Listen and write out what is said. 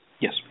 Yes